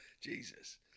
Jesus